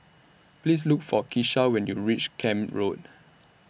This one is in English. Please Look For Kisha when YOU REACH Camp Road